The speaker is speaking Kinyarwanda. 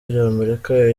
ry’amerika